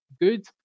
good